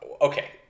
Okay